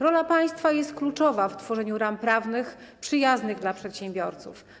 Rola państwa jest kluczowa w tworzeniu ram prawnych przyjaznych dla przedsiębiorców.